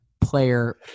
player